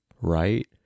right